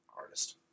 artist